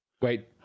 Wait